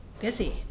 busy